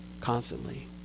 constantly